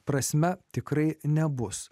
prasme tikrai nebus